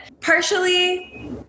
Partially